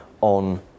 on